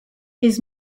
his